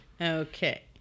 Okay